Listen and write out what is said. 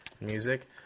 music